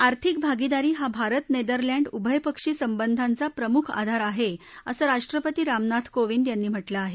आर्थिक भागीदारी हा भारत नेदरलॅंड उभयपक्षी संबंधांचा प्रमुख आधार आहे असं राष्ट्रपती रामनाथ कोविंद यांनी म्हटलं आहे